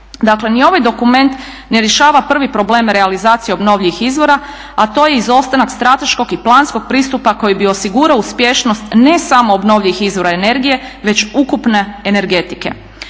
Dakle ni ovaj dokument ne rješava prvi problem realizacije obnovljivih izvora, a to je izostanak strateškog i planskog pristupa koji bi osigurao uspješnost ne samo obnovljivih izvora energije već ukupne energetike.